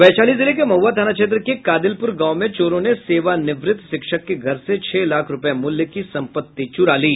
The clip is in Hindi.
वैशाली जिले के महआ थाना क्षेत्र के कादिलपुर गांव में चोरो ने सेवानिवृत शिक्षक के घर से छह लाख रुपये मूल्य की संपत्ति चुरा ली